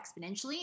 exponentially